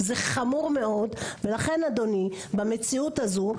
זה חמור מאוד ולכן אדוני במציאות הזו,